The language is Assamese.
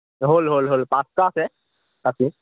হ'ল হ'ল হ'ল পাঁচটা আছে খাছী